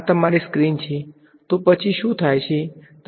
વિદ્યાર્થી લગભગ